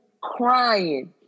crying